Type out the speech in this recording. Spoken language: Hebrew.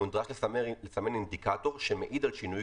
'הוא נדרש לסמן אינדיקטור שמעיד על שינוי